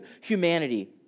humanity